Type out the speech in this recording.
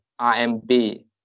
RMB